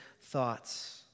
thoughts